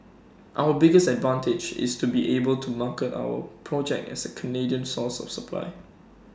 our biggest advantage is to be able to market our project as A Canadian source of supply